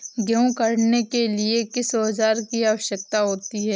गेहूँ काटने के लिए किस औजार की आवश्यकता होती है?